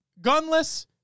Gunless